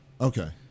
Okay